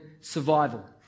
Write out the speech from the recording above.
survival